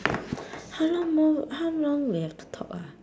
how long more how long we have to talk ah